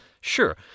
Sure